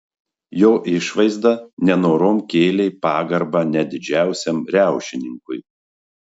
jo išvaizda nenorom kėlė pagarbą net didžiausiam riaušininkui